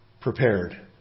prepared